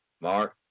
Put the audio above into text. Mark